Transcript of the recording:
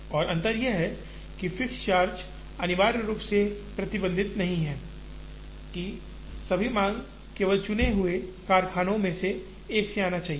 और अंतर यह है कि फिक्स्ड चार्ज अनिवार्य रूप से प्रतिबंधित नहीं है कि सभी मांग केवल चुने हुए कारखानों में से एक से आना चाहिए